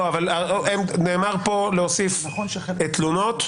נאמר פה להוסיף תלונות.